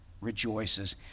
rejoices